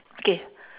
okay